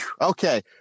Okay